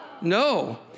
No